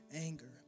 anger